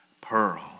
pearl